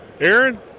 Aaron